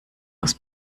aus